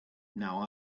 now